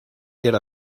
era